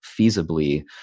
feasibly